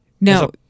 No